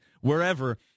wherever